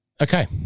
Okay